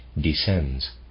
descends